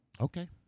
Okay